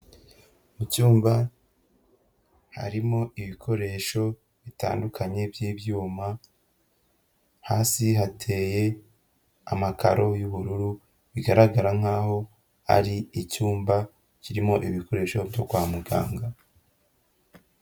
Mu cyumba harimo ibikoresho bitandukanye by'ibyuma, hasi hateye amakaro y'ubururu. Bigaragara nk'aho ari icyumba kirimo ibikoresho byo kwa muganga.